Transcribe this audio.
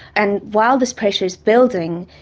and while this pressure is building,